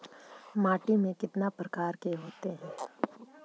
माटी में कितना प्रकार के होते हैं?